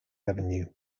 revenue